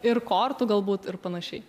ir kortų galbūt ir panašiai